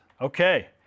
okay